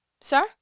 sir